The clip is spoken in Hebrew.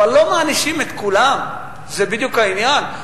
אבל לא מענישים את כולן, זה בדיוק העניין.